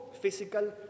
physical